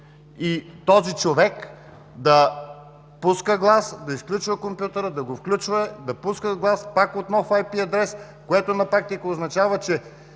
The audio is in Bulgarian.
и този човек да пуска глас, да изключва компютъра, да го включва, да пуска глас, пак от нов IP адрес, което на практика означава, че